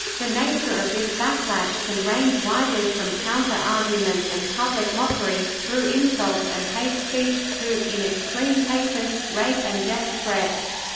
the nature of this backlash can range widely from counter-arguments and public mockery, through insults and hate speech, to, in extreme cases, cases, rape and death threats.